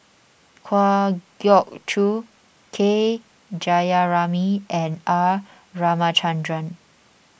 Kwa Geok Choo K Jayamani and R Ramachandran